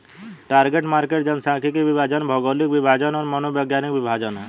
target market जनसांख्यिकीय विभाजन, भौगोलिक विभाजन और मनोवैज्ञानिक विभाजन हैं